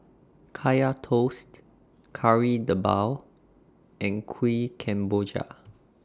Kaya Toast Kari Debal and Kuih Kemboja